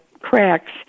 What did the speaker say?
cracks